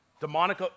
Demonic